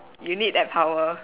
you need that power